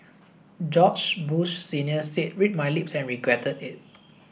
George Bush Senior said read my lips and regretted it